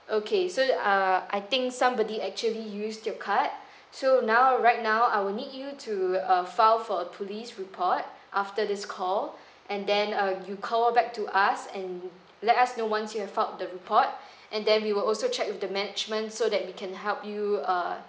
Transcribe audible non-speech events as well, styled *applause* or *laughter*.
okay so err I think somebody actually use your card *breath* so now right now I will need you to uh file for a police report after this call and then uh you call back to us and let us know once you have file the report *breath* and then we will also check with the management so that we can help you uh